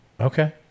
Okay